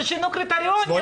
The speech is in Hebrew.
ששינו קריטריונים.